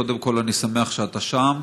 קודם כול אני שמח שאתה שם.